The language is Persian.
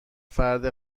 فرد